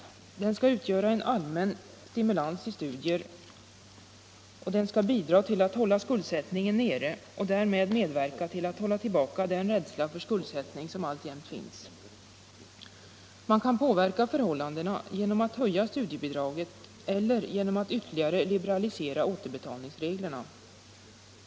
Den skall utgöra en allmän stimulans till studier. Den skall bidra till att hålla skuldsättningen nere och därmed medverka till att hålla tillbaka den rädsla för skuldsättning som alltjämt finns. Man kan påverka förhållandena genom att höja studiebidraget eller genom att ytterligare liberalisera återbetalningsreglerna.